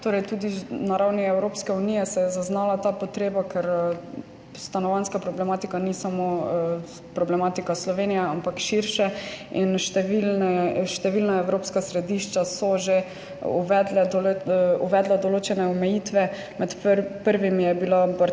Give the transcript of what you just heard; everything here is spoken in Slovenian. torej, tudi na ravni Evropske unije se je zaznala ta potreba, ker stanovanjska problematika ni samo problematika Slovenije, ampak širše. Številna evropska središča so že uvedla določene omejitve, med prvimi je bila Barcelona,